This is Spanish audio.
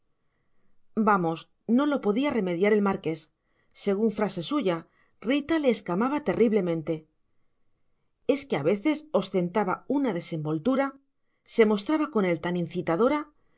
vamos no lo podía remediar el marqués según frase suya rita le escamaba terriblemente es que a veces ostentaba una desenvoltura se mostraba con él tan incitadora